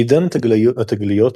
עידן התגליות,